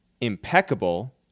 impeccable